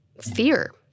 fear